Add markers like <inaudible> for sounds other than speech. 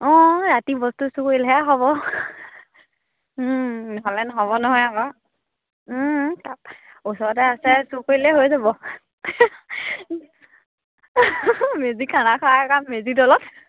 অঁ ৰাতি বস্তু চোৰ কৰিলেহে হ'ব নহ'লে নহ'ব নহয় আকৌ <unintelligible> ওচৰতে আছে চেৰ কৰিলে হৈ যাব মেজি খানা খাই কাম মেজি তলত